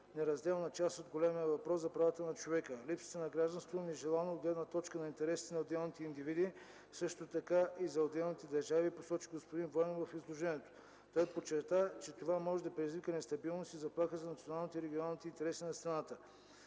неразделна част от големия въпрос за правата на човека. Липсата на гражданство е нежелано от гледна точка на интересите на отделните индивиди, също така и за отделните държави, посочи господин Войнов в изложението. Той подчерта, че това може да предизвика нестабилност и заплаха за националните и регионалните интереси на страната.